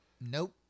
Nope